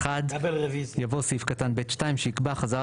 אחרי סעיף קטן (ב1) יבוא סעיף קטן (ב2) שיקבע 'חזרת